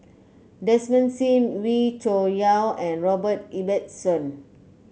Desmond Sim Wee Cho Yaw and Robert Ibbetson